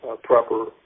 proper